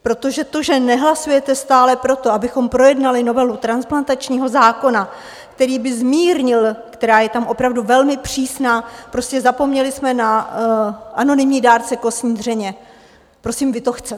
Protože to, že nehlasujete stále pro to, abychom projednali novelu transplantačního zákona, který by zmírnil která je tam opravdu velmi přísná, prostě zapomněli jsme na anonymní dárce kostní dřeně prosím, vy to chcete?